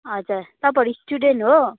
हजुर तपाईँहरू स्टुडेन्ट हो